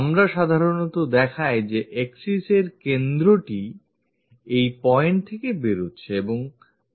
আমরা সাধারণত দেখাই যে axisএর কেন্দ্রটি এই point থেকে বের হচ্ছে এবং ওই point থেকে আসছে